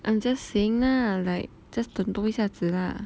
I'm just saying lah like just 等多一下子啦